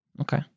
Okay